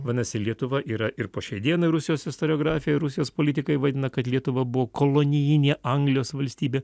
vadinasi lietuva yra ir po šiai dienai rusijos istoriografijoj rusijos politikai vaidina kad lietuva buvo kolonijinė anglijos valstybė